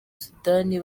sudani